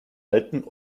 alten